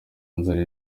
nzara